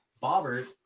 bobber